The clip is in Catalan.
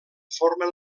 formen